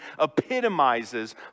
epitomizes